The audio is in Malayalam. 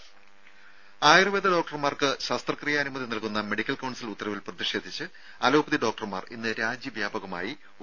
രുര ആയുർവേദ ഡോക്ടർമാർക്ക് ശസ്ത്രക്രിയാനുമതി നൽകുന്ന മെഡിക്കൽ കൌൺസിൽ ഉത്തരവിൽ പ്രതിഷേധിച്ച് അലോപ്പതി ഡോക്ടർമാർ ഇന്ന് രാജ്യവ്യാപകമായി ഒ